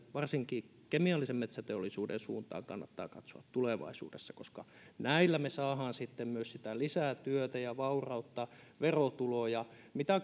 varsinkin kemiallisen metsäteollisuuden suuntaan kannattaa katsoa tulevaisuudessa koska näillä me saamme sitten myös sitä lisätyötä ja vaurautta verotuloja mitä